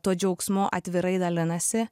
tuo džiaugsmu atvirai dalinasi